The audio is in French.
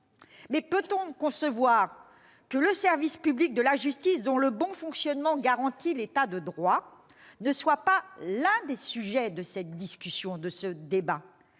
Peut-on concevoir que le service public de la justice, dont le bon fonctionnement garantit l'État de droit, ne soit pas l'un des sujets de cette discussion ? Tout à